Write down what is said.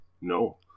No